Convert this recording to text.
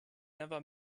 never